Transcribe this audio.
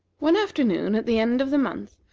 one afternoon, at the end of the month,